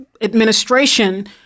administration